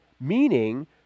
Meaning